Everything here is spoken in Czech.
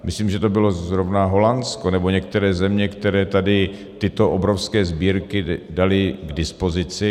Myslím, že to bylo zrovna Holandsko, nebo některé země, které tady tyto obrovské sbírky daly k dispozici.